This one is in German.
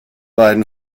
beiden